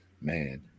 man